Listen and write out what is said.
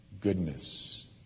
goodness